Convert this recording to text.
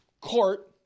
court